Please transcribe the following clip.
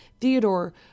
Theodore